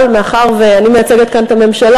אבל מאחר שאני מייצגת כאן את הממשלה,